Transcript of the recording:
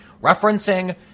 referencing